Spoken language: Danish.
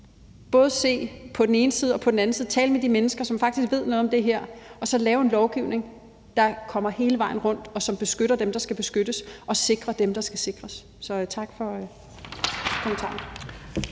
både se på den ene side og på den anden side, tale med de mennesker, som faktisk ved noget om det her, og så lave en lovgivning, der kommer hele vejen rundt, og som beskytter dem, der skal beskyttes, og sikrer dem, der skal sikres. Så tak for kommentarerne.